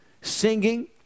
Singing